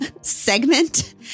segment